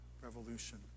revolution